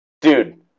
Dude